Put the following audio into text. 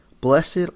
blessed